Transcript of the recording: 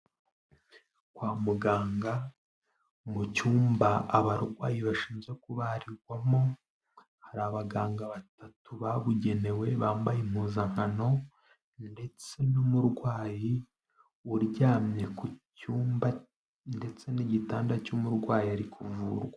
Kwa muganga, mu cyumba abarwayi bashinzwe kubarirwamo, hari abaganga batatu babugenewe, bambaye impuzankano, ndetse n'umurwayi uryamye ku cyumba, ndetse n'igitanda cy'umurwayi, ari kuvurwa.